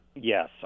Yes